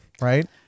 right